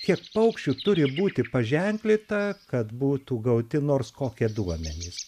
kiek paukščių turi būti paženklinta kad būtų gauti nors kokie duomenys